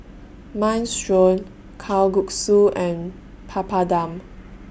Minestrone Kalguksu and Papadum